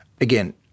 again